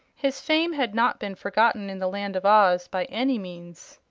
his fame had not been forgotten in the land of oz, by any means.